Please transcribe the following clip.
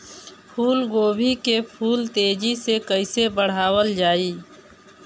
फूल गोभी के फूल तेजी से कइसे बढ़ावल जाई?